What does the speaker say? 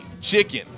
chicken